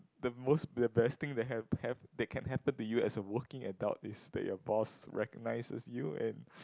the most the best thing that can hap that can happen to you as a working adult is that your boss recognizes you and